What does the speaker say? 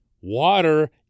water